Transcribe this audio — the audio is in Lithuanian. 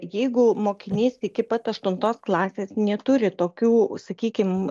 jeigu mokinys iki pat aštuntos klasės neturi tokių sakykim